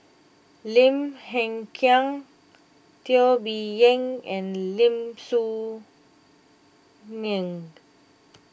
Lim Hng Kiang Teo Bee Yen and Lim Soo Ngee